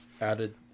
added